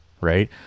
Right